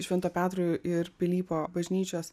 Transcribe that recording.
švento petro ir pilypo bažnyčios